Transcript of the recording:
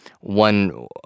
one